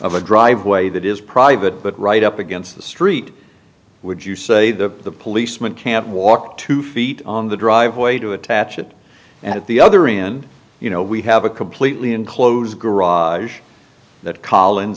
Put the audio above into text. of a driveway that is private but right up against the street would you say the policeman can't walk two feet on the driveway to attach it at the other in you know we have a completely enclosed garage that collins